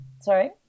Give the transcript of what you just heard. Sorry